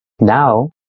Now